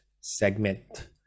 segment